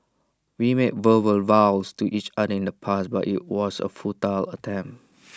we made verbal vows to each other in the past but IT was A futile attempt